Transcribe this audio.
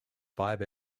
five